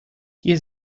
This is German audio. hier